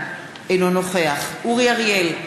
אינו נוכח אורי אריאל,